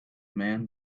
man